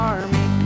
Army